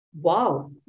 Wow